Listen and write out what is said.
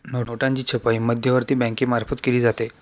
नोटांची छपाई मध्यवर्ती बँकेमार्फत केली जाते